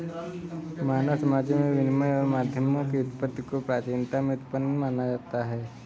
मानव समाजों में विनिमय के माध्यमों की उत्पत्ति को प्राचीनता में उत्पन्न माना जाता है